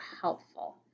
helpful